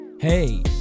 Hey